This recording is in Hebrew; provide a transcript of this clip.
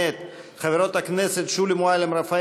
מאת חברות הכנסת שולי מועלם-רפאלי,